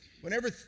whenever